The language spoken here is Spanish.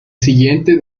siguiente